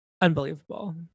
unbelievable